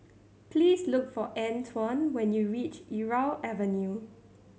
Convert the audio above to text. please look for Antoine when you reach Irau Avenue